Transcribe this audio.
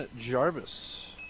Jarvis